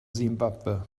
simbabwe